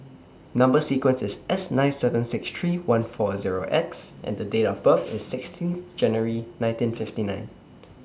Number sequence IS S nine seven six three one four Zero X and Date of birth IS sixteenth January nineteen fifty nine